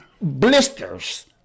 blisters